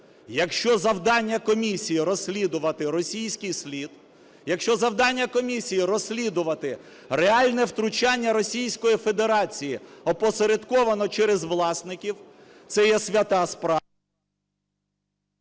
якщо завдання комісії розслідувати російський слід, якщо завдання комісії розслідувати реальне втручання Російської Федерації опосередковано через власників, це є свята справа.